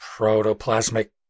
Protoplasmic